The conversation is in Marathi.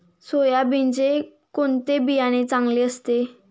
सोयाबीनचे कोणते बियाणे चांगले असते?